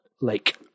Lake